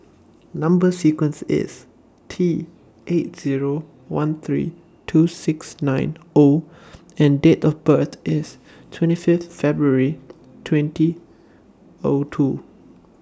Number sequence IS T eight Zero one three two six nine O and Date of birth IS twenty Fifth February twenty O two